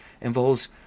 involves